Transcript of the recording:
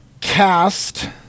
cast